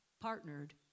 partnered